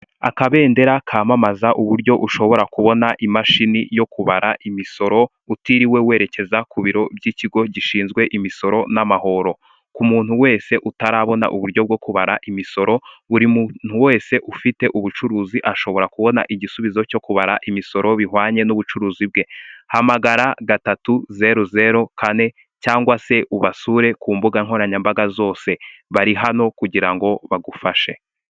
Akabendera kamamaza uburyo ushobora kubona imashini yo kubara imisoro utiriwe werekeza ku biro by'ikigo gishinzwe imisoro n'amahoro ku muntu wese utarabona uburyo bwo kubara imisoro buri muntu wese ufite ubucuruzi ashobora kubona igisubizo cyo kubara imisoro bihwanye n'ubucuruzi bwe hamagara gatatu zeru zeru kane cyangwa se ubasure ku mbuga nkoranyambaga zose bari hano kugira ngo bagufashe.